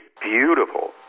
beautiful